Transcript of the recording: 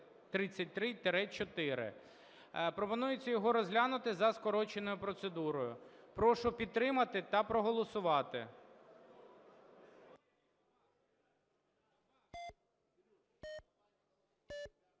Пропонується його розглянути за скороченою процедурою. Прошу підтримати та проголосувати.